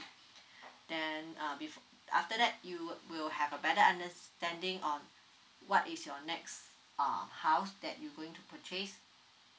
then uh before after that you will will have a better understanding on what is your next um house that you're going to purchase